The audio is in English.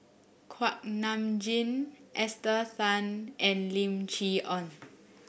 Kuak Nam Jin Esther Tan and Lim Chee Onn